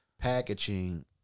packaging